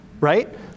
right